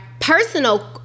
personal